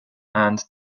and